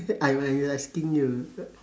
I'm I'm asking you